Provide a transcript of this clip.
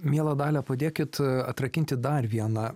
miela dalia padėkit atrakinti dar vieną